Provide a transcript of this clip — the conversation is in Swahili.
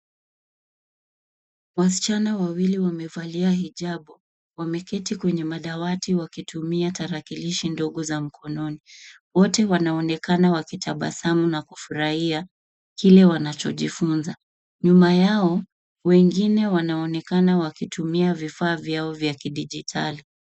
Wasichana wawili wamevalia hijabu. Wameketi kwenye madawati wakitumia tarakilishi ndogo za mikononi. Wote wanaonekana wakitabasamu na kufurahia kile wanachojifunza. Nyuma yao, wengine wanaonekana wakitumia vifaa vyao vya kidijitali.